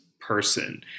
person